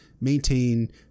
maintain